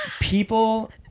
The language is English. People